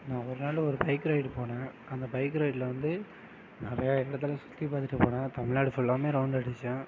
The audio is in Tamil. நான் ஒரு நாள் ஒரு பைக் ரைடு போனேன் அந்த பைக் ரைடில் வந்து நிறையா இடத்துல சுற்றி பார்த்துட்டு போனேன் தமிழ்நாடு ஃபுல்லாவுமே ரவுண்டு அடிச்சேன்